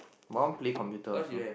but I want play computer also